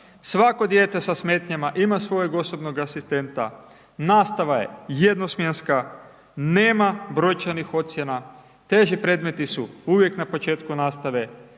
svako dijete sa smetnjama ima svojeg osobnog asistenta, nastava je jedno smjenska nema brojčanih ocjena, teži predmeti su uvijek na početku nastave,